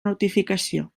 notificació